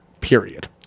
period